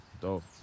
dope